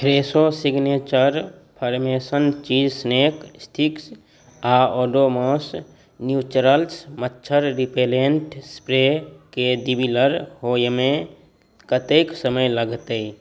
Fresho signature parmesan cheese snack sticks आ Odomos naturals मच्छर repellent spray केँ डिलीवर होइमे कतेक समय लगतै